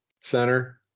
center